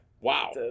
Wow